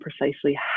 precisely